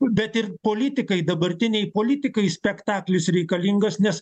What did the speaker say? bet ir politikai dabartiniai politikai spektaklis reikalingas nes